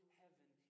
heaven